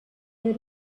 that